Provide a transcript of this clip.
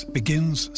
begins